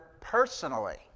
personally